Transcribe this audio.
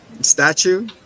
statue